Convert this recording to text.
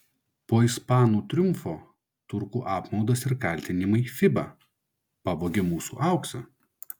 po ispanų triumfo turkų apmaudas ir kaltinimai fiba pavogė mūsų auksą